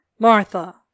Martha